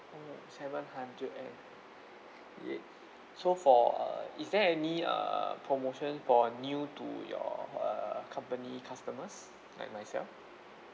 oh seven hundred and y~ so for uh is there any err promotion for a new to your uh company customers like myself